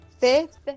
fifth